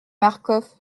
marcof